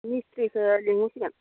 मिस्थ्रिखौ लेंनांसिगोन